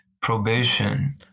Probation